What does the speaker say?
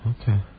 Okay